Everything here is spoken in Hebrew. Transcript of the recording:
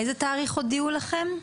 באיזה תאריך הודיעו לכם?